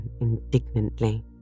indignantly